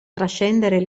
trascendere